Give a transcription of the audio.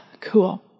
cool